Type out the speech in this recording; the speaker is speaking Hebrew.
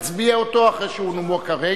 נצביע עליו אחרי שכרגע הוא נומק.